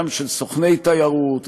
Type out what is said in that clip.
גם של סוכני תיירות,